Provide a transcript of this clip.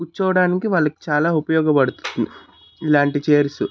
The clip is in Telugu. కూర్చోవడానికి వాళ్ళకి చాలా ఉపయోగపడుతుంది ఇలాంటి చైర్స్